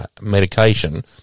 medication